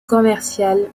commercial